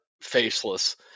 faceless